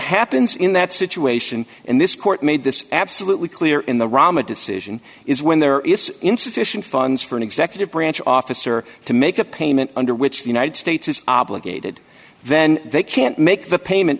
happens in that situation and this court made this absolutely clear in the ramah decision is when there is insufficient funds for an executive branch officer to make a payment under which the united states is obligated then they can't make the payment